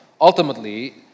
ultimately